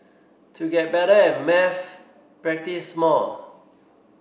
to get better at maths practise more